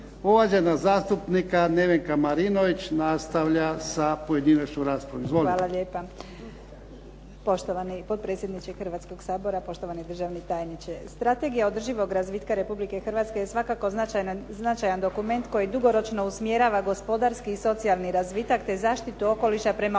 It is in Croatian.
Uvažena zastupnica Nevena Marinović nastavlja sa pojedinačnom raspravom. Izvolite.